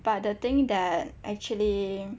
but the thing that actually